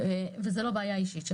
וזה לא בעיה אישית שלהם.